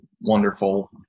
wonderful